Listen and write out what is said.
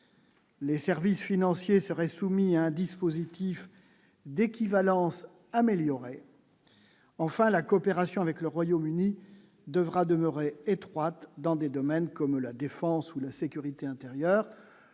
les services financiers seraient soumis à un dispositif d'équivalence, enfin la coopération avec le Royaume-Uni devra demeurer étroite dans des domaines comme la défense ou la sécurité intérieure,